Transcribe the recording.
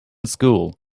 school